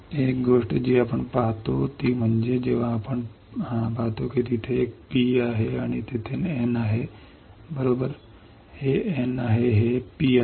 एक गोष्ट जी आपण पाहतो ती म्हणजे जेव्हा आपण पाहतो की तेथे एक P आहे आणि तेथे N बरोबर आहे हे N आहे हे P आहे